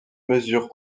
mesure